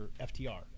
ftr